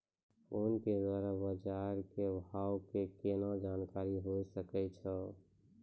Phone के द्वारा बाज़ार भाव के केना जानकारी होय सकै छौ?